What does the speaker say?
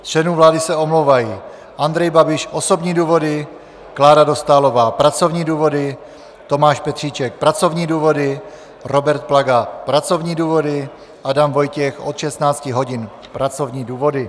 Z členů vlády se omlouvají: Andrej Babiš osobní důvody, Klára Dostálová pracovní důvody, Tomáš Petříček pracovní důvody, Robert Plaga pracovní důvody, Adam Vojtěch od 16 hodin pracovní důvody.